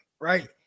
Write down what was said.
right